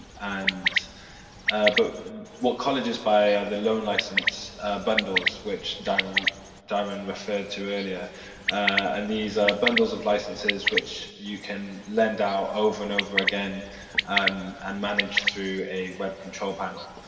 and but what colleges buy are the loan licence bundles, which darrin referred to earlier and these are bundles of licences which you can lend out over and over again um and managed through a web control panel.